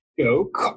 joke